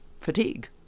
fatigue